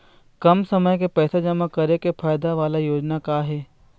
कम समय के पैसे जमा करे के फायदा वाला योजना का का हे?